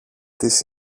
της